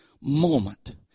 moment